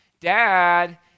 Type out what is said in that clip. Dad